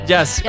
Yes